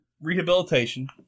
rehabilitation